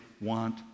want